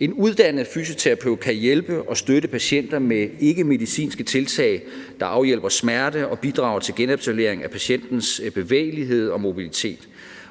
En uddannet fysioterapeut kan hjælpe og støtte patienter med ikkemedicinske tiltag, der afhjælper smerte og bidrager til genetablering af patientens bevægelighed og mobilitet,